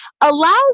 allows